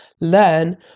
learn